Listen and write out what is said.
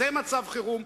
זה מצב חירום,